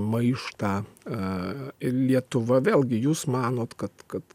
maištą aaa lietuva vėlgi jūs manot kad kad